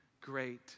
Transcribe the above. great